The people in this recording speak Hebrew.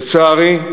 לצערי,